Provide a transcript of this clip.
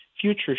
future